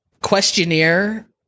questionnaire